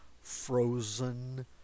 Frozen